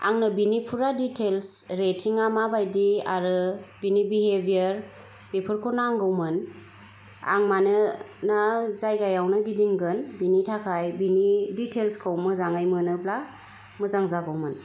आंनो बेनि फुरा दिथेलस रेटिंया मा बायदि आरो बिनि बिहेबियर बेफोरखौ नांगौमोन आं मानोना जायगायावनो गिदिंगोन बेनि थाखाय बेनि दिथेलसखौ मोजाङै मोनोब्ला मोजां जागौमोन